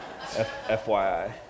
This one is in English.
FYI